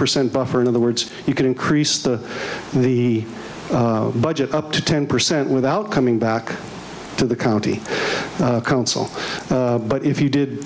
percent buffer in other words you can increase the the budget up to ten percent without coming back to the county council but if you did